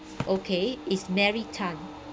okay it's mary tan